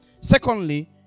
Secondly